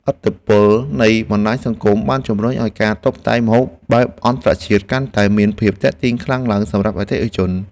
ឥទ្ធិពលនៃបណ្តាញសង្គមបានជំរុញឱ្យការតុបតែងម្ហូបបែបអន្តរជាតិកាន់តែមានភាពទាក់ទាញខ្លាំងឡើងសម្រាប់អតិថិជន។